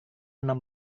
enam